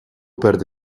perde